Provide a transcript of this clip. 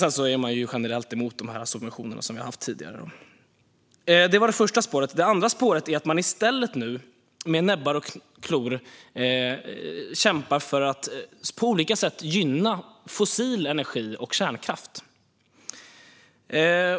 Sedan är man generellt emot de subventioner som vi har haft tidigare. Det var det första spåret. Det andra spåret är att man i stället med näbbar och klor nu kämpar för att på olika sätt gynna fossil energi och kärnkraft.